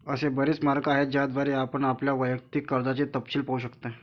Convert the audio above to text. असे बरेच मार्ग आहेत ज्याद्वारे आपण आपल्या वैयक्तिक कर्जाचे तपशील पाहू शकता